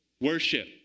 worship